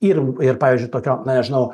ir ir pavyzdžiui tokio na nežinau